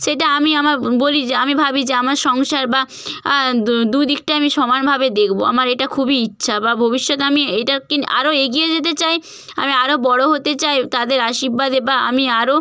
সেটা আমি আমার বলি যে আমি ভাবি যে আমার সংসার বা দু দিকটা আমি সমানভাবে দেখব আমার এটা খুবই ইচ্ছা বা ভবিষ্যতে আমি এটাকে নিয়ে আরো এগিয়ে যেতে চাই আমি আরো বড় হতে চাই তাদের আশীর্বাদে বা আমি আরো